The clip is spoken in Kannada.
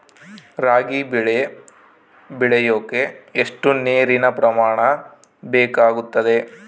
ರಾಗಿ ಬೆಳೆ ಬೆಳೆಯೋಕೆ ಎಷ್ಟು ನೇರಿನ ಪ್ರಮಾಣ ಬೇಕಾಗುತ್ತದೆ?